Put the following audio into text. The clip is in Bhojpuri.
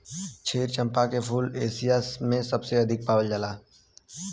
क्षीर चंपा के फूल एशिया में अधिक पावल जाला